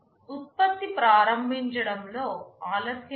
ఉత్పత్తి ప్రారంభించడంలో ఆలస్యం ఉందని అనుకుందాం